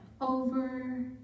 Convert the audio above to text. over